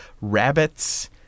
rabbits-